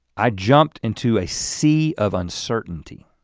i jumped into a sea of uncertainty